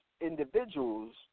individuals